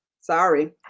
Sorry